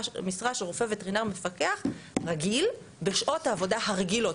של רופא וטרינר מפקח רגיל בשעות עבודה רגילות.